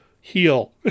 heal